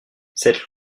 cette